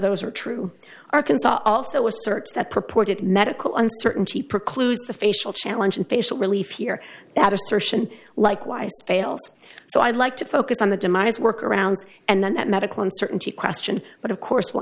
those are true arkansas also asserts that purported medical uncertainty precludes the facial challenge and facial relief here that assertion likewise fails so i'd like to focus on the demise workarounds and then that medical uncertainty question but of course will